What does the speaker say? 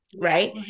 right